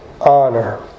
honor